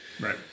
right